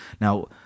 Now